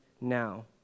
now